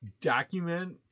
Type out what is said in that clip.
Document